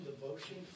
devotion